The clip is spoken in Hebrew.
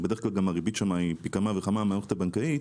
ובדרך כלל הריבית שם היא פי כמה וכמה מהמערכת הבנקאית,